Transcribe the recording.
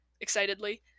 excitedly